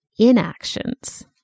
inactions